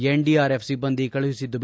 NDRF ಸಿಬ್ಲಂದಿ ಕಳುಹಿಸಿದ್ದು